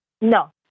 No